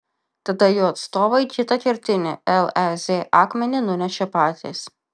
tada jų atstovai kitą kertinį lez akmenį nunešė patys